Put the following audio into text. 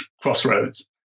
crossroads